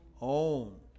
own